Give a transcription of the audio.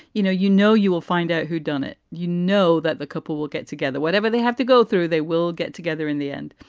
you know you know, you will find out who done it. you know that the couple will get together. whatever they have to go through, they will get together in the end.